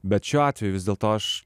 bet šiuo atveju vis dėlto aš